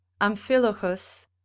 Amphilochus